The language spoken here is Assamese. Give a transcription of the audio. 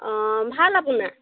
অঁ ভাল আপোনাৰ